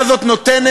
מדיח.